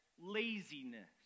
laziness